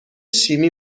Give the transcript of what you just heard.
شیمی